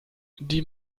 die